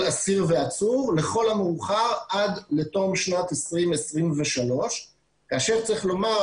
אסיר ועצור לכל המאוחר עד לתום שנת 2023 כאשר צריך לומר,